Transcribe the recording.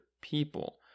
people